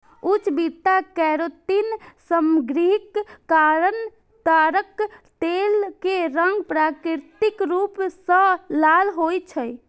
उच्च beta carotene सामग्रीक कारण ताड़क तेल के रंग प्राकृतिक रूप सं लाल होइ छै